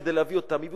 כדי להביא אותם לזאת.